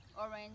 orange